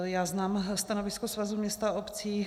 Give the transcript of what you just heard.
Já znám stanovisko Svazu měst a obcí.